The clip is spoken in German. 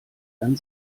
dann